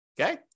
okay